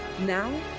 Now